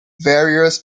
various